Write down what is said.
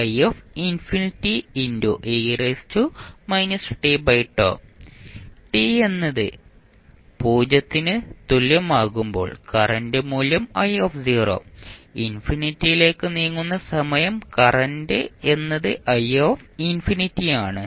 t എന്നത് 0 ന് തുല്യമാകുമ്പോൾ കറന്റ് മൂല്യം i ഇൻഫിനിറ്റിയിലേക്ക് നീങ്ങുന്ന സമയം കറന്റ് എന്നത് i∞ ആണ്